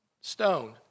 Stone